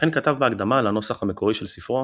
לכן כתב בהקדמה לנוסח המקורי של ספרו